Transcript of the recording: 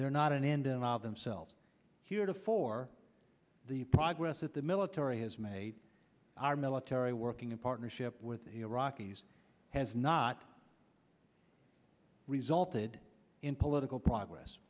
they're not an end of themselves heretofore the progress that the military has made our military working in partnership with iraqis has not resulted in political progress